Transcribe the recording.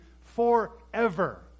forever